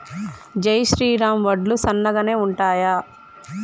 జై శ్రీరామ్ వడ్లు సన్నగనె ఉంటయా?